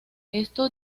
esto